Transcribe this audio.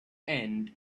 end